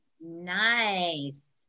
nice